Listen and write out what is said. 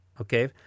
okay